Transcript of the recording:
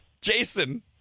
Jason